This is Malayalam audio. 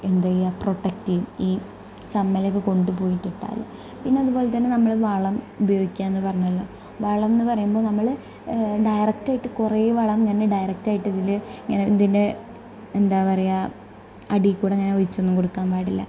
എന്ത് ചെയ്യാം പ്രൊട്ടക്ടറ്റ് ചെയ്യും ഈ ചമ്മലേക്കെ കൊണ്ട് പോയിട്ട് ഇട്ടാൽ പിന്നെ അതുപോലെ തന്നെ നമ്മൾ വളം ഉപയോഗിക്കുക എന്ന് പറഞ്ഞാൽ വളമെന്ന് പറയുമ്പോൾ നമ്മൾ ഡയറക്റ്റായിട്ട് കുറേ വളം ഇങ്ങനെ ഡയറക്റ്റായിട്ട് ഇതിൽ ഇങ്ങനെ ഇതിൻ്റെ എന്താണ് പറയുക അടിയിൽ കൂടേ ഇങ്ങനെ ഒഴിച്ചൊന്നും കൊടുക്കാൻ പാടില്ല